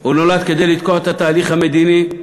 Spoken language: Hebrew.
הוא נולד כדי לתקוע את התהליך המדיני.